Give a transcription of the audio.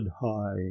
high